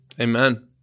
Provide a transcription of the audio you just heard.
Amen